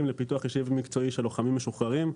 לפיתוח אישי ומקצועי של לוחמים משוחררים,